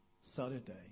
Saturday